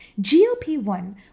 GLP-1